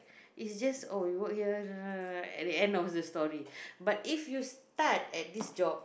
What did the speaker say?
is just oh you work here da da da da at the end of the story but if you start at this job